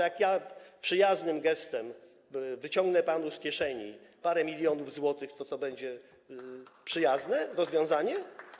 Jeśli ja przyjaznym gestem wyciągnę panu z kieszeni parę milionów złotych, to będzie to przyjazne rozwiązanie?